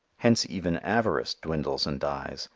hence even avarice dwindles and dies,